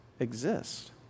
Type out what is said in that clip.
exist